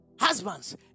Husbands